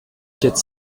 quatre